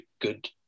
good